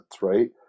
Right